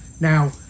Now